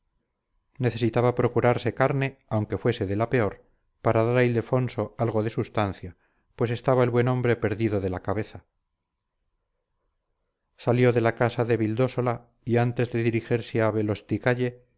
necesitaba procurarse carne aunque fuese de la peor para dar a ildefonso algo de substancia pues estaba el buen hombre perdido de la cabeza salió de la casa de vildósola y antes de dirigirse a